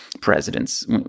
presidents